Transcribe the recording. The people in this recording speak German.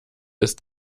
ist